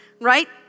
right